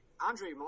Andre